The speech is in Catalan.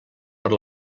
per